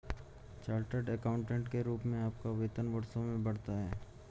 chartered accountant के रूप में आपका वेतन वर्षों में बढ़ता है